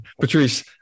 Patrice